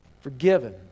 forgiven